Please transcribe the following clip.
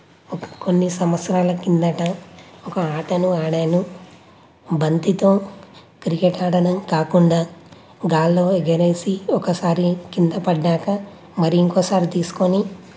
కొన్ని సంవత్సరాల క్రిందట ఒక ఆటను ఆడాను బంతితో క్రికెట్ ఆడడం కాకుండా గాలిలో ఎగరేసి ఒకసారి క్రింద పడ్డాక మరి ఇంకొకసారి తీసుకొని